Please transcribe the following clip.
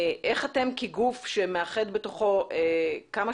איך אתם כגוף שמאחד בתוכו, כמה?